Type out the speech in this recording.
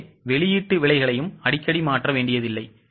எனவே வெளியீட்டு விலைகளையும் அடிக்கடி மாற்ற வேண்டியதில்லை